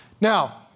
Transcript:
Now